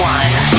one